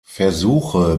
versuche